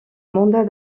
mandat